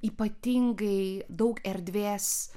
ypatingai daug erdvės